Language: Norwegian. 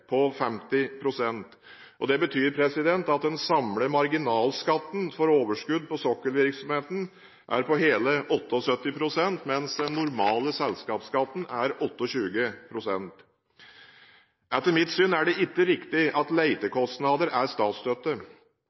på 50 pst. Det betyr at den samlede marginalskatten for overskudd på sokkelvirksomheten er på hele 78 pst., mens den normale selskapsskatten er 28 pst. Etter mitt syn er det ikke riktig at letekostnadsordninger er